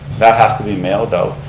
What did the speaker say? that has to be mailed out,